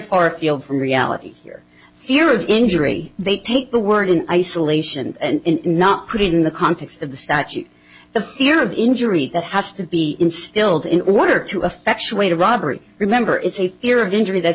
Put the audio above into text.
far afield from reality here fear of injury they take the word in isolation and not put in the context of the statute the fear of injury that has to be instilled in order to affection way to robbery remember is a fear of injury that